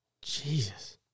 Jesus